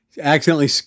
accidentally